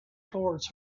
towards